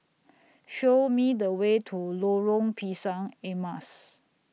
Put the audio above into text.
Show Me The Way to Lorong Pisang Emas